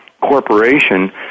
corporation